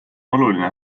oluline